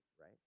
right